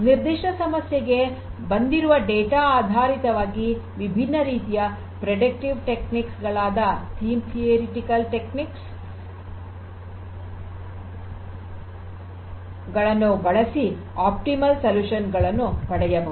ನಿರ್ದಿಷ್ಟ ಸಮಸ್ಯೆಗೆ ಬಂದಿರುವ ಡೇಟಾ ಆಧಾರಿತವಾಗಿ ವಿಭಿನ್ನ ರೀತಿಯ ಮುನ್ಸೂಚಕ ತಂತ್ರಗಳಾದ ಗೇಮ್ ಥಿಯರಿಟಿಕಲ್ ತಂತ್ರಗಳನ್ನು ಬಳಸಿ ಸೂಕ್ತ ಪರಿಹಾರಗಳನ್ನು ಪಡೆಯಬಹುದು